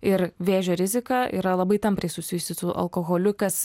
ir vėžio rizika yra labai tampriai susijusi su alkoholiu kas